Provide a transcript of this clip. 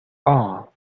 all